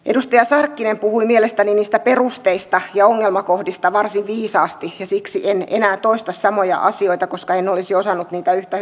edustaja sarkkinen puhui mielestäni niistä perusteista ja ongelmakohdista varsin viisaasti ja siksi en enää toista samoja asioita koska en olisi osannut niitä yhtä hyvin sanoa